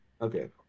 okay